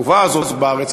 לחובה הזאת בארץ,